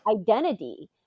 identity